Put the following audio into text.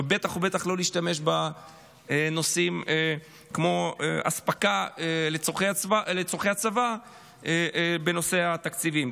ובטח ובטח לא להשתמש בנושאים כמו אספקה לצורכי הצבא לנושא התקציבים,